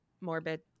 morbid